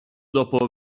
dopo